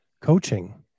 coaching